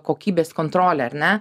kokybės kontrolę ar ne